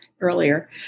earlier